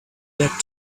that